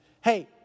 Hey